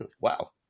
Wow